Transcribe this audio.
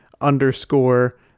underscore